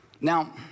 Now